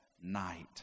night